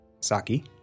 Saki